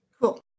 Cool